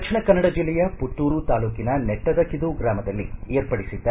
ದಕ್ಷಿಣ ಕನ್ನಡ ಜಿಲ್ಲೆಯ ಮತ್ತೂರು ತಾಲ್ಲೂಕಿನ ನೆಟ್ಟದಿಂದು ಗ್ರಾಮದಲ್ಲಿ ವಿರ್ಪಡಿಸಿದ್ದ